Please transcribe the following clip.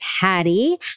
Hattie